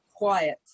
Quiet